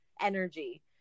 energy